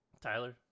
Tyler